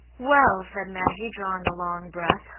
well, said maggie, drawing a long breath,